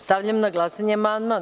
Stavljam na glasanje amandman.